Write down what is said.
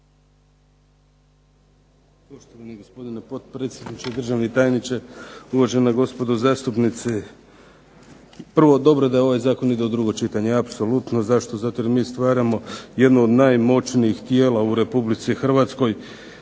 Poštovani gospodine potpredsjedniče, državni tajniče, uvažena gospodo zastupnici. Prvo, dobro je da ovaj zakon ide u drugo čitanje, apsolutno. Zašto, zato jer mi stvaramo jedno od najmoćnijih tijela u Republici Hrvatskoj